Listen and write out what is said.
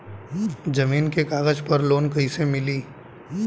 जमीन के कागज पर लोन कइसे मिली?